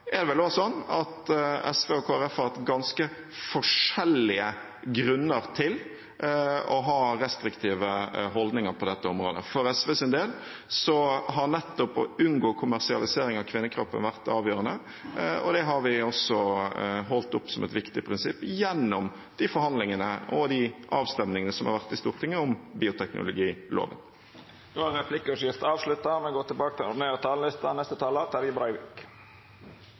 har ganske forskjellige grunner til å ha restriktive holdninger på dette området. For SVs del har nettopp det å unngå kommersialisering av kvinnekroppen vært avgjørende, og det har vi holdt opp som et viktig prinsipp gjennom forhandlingene og avstemningene som har vært i Stortinget om bioteknologiloven. Replikkordskiftet er avslutta. Om det er eitt ord som best kan beskriva det me politikarar har møtt gjennom koronatida frå bedrifter, sjølvstendig næringsdrivande, frilansarar, organisasjonar, idrettslag, arbeidstakarar og